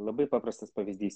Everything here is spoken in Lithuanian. labai paprastas pavyzdys